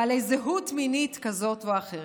בעלי זהות מינית כזאת או אחרת.